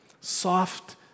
Soft